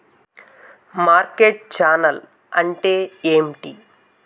Market channel అంటే ఏంటి?